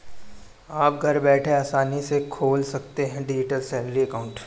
आप घर बैठे आसानी से खोल सकते हैं डिजिटल सैलरी अकाउंट